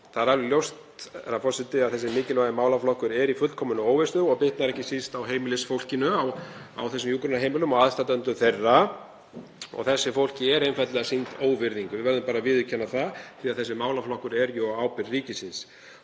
herra forseti, að þessi mikilvægi málaflokkur er í fullkominni óvissu og það bitnar ekki síst á heimilisfólkinu á þessum hjúkrunarheimilum og aðstandendum þeirra og þessu fólki er einfaldlega sýnd óvirðing. Við verðum bara að viðurkenna það því að þessi málaflokkur er á ábyrgð ríkisins.